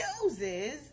chooses